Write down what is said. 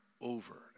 over